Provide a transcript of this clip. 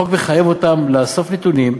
החוק מחייב אותם לאסוף נתונים,